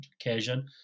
occasion